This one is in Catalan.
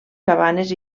cabanes